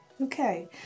okay